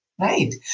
right